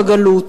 בגלות.